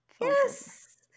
Yes